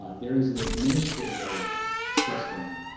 ah there is an administrative system.